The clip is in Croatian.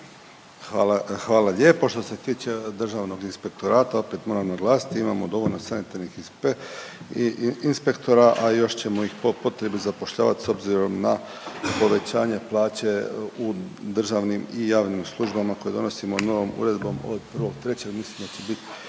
hvala lijepo. Što se tiče Državnog inspektorata opet moram naglasiti, imamo dovoljno sanitarnih inspektora, a i još ćemo ih po potrebi zapošljavat s obzirom na povećanje plaće u državnim i javnim službama koje donosimo novom Uredbom od 1.3., mislim